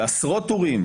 ועשרות טורים.